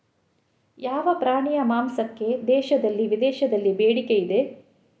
ಯಾವ ಪ್ರಾಣಿಯ ಮಾಂಸಕ್ಕೆ ದೇಶದಲ್ಲಿ ವಿದೇಶದಲ್ಲಿ ಬೇಡಿಕೆ ಇದೆ?